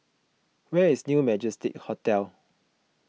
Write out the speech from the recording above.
where is New Majestic Hotel